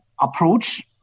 approach